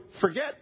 forget